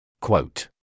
Quote